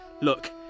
Look